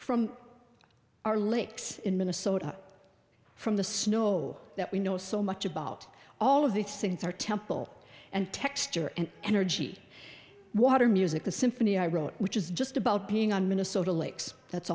from our lakes in minnesota from the snow that we know so much about all of these things are temple and texture and energy water music a symphony i wrote which is just about being on minnesota lakes that's